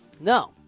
No